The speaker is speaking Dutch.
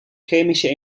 chemische